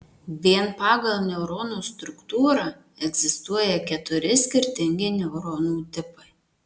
vien pagal neurono struktūrą egzistuoja keturi skirtingi neuronų tipai